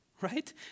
right